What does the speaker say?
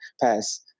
Pass